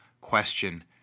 question